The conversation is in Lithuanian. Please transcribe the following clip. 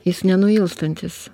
jis nenuilstantis